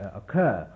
occur